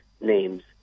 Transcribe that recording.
name's